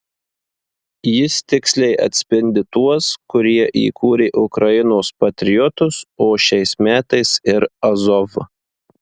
jis tiksliai atspindi tuos kurie įkūrė ukrainos patriotus o šiais metais ir azov